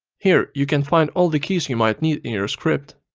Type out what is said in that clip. here you can find all the keys you might need in your script.